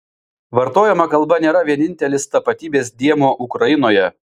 vartojama kalba nėra vienintelis tapatybės dėmuo ukrainoje